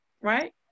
right